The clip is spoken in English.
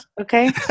Okay